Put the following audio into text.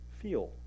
feel